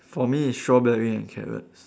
for me it's strawberry and carrots